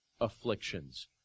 afflictions